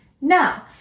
Now